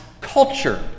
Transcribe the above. culture